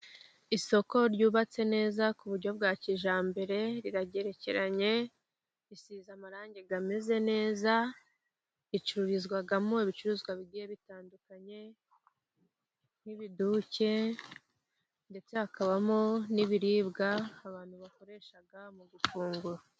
Isoko ryubatse neza ku buryo bwa kijyambere. Riragerekeranye, risize amarange ameze neza, ricururizwamo ibicuruzwa bigiye bitandukanye nk'ibiduke, ndetse hakabamo n'ibiribwa abantu bakoresha mu gufungura.